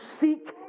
seek